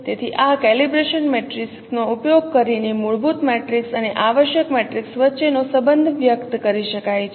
તેથી આ calibration matrix નો ઉપયોગ કરીને મૂળભૂત મેટ્રિક્સ અને આવશ્યક મેટ્રિક્સ વચ્ચેનો સંબંધ વ્યક્ત કરી શકાય છે